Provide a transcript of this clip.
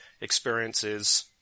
experiences